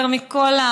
יותר מכול.